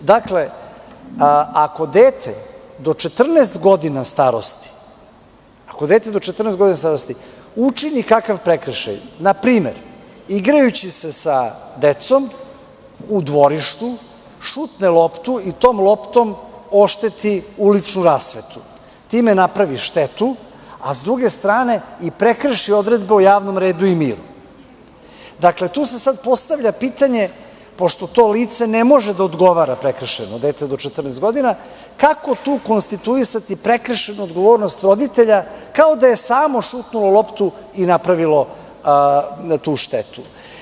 Ako dete do 14 godina starosti učini kakav prekršaj, na primer, igrajući se sa decom u dvorištu šutne loptu i tom loptom ošteti uličnu rasvetu, time napravi štetu, a s druge strane i prekrši odredbe o javnom redu i miru, tu se sad postavlja pitanje, pošto to lice ne može prekršajno da odgovora, dete do 14 godina, kako tu konstituisati prekršajnu odgovornost roditelja kao da je samo šutnulo loptu i napravilo tu štetu?